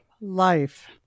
life